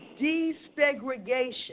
desegregation